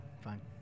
Fine